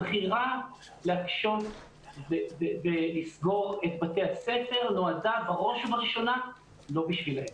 הבחירה להקשות בלסגור את בתי הספר נועדה בראש ובראשונה לא בשבילם.